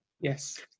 Yes